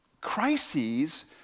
crises